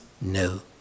no